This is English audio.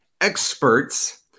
experts